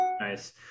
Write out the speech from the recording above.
Nice